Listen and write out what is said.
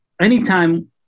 anytime